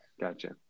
Gotcha